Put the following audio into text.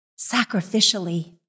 sacrificially